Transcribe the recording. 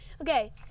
Okay